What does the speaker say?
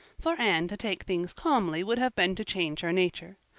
for anne to take things calmly would have been to change her nature.